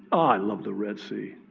i love the red sea.